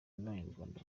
n’abanyarwanda